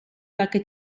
perché